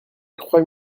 trois